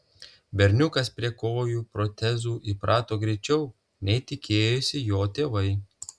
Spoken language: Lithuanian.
berniukas prie kojų protezų įprato greičiau nei tikėjosi jo tėvai